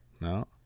No